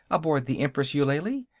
aboard the empress eulalie.